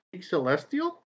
celestial